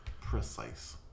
Precise